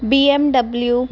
BMW